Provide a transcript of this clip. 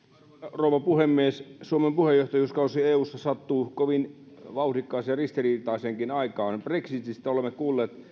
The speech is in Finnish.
rouva puhemies suomen puheenjohtajuuskausi eussa sattuu kovin vauhdikkaaseen ja ristiriitaiseenkin aikaan brexitistä olemme kuulleet